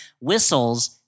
whistles